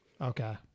Okay